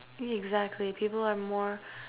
exactly people are more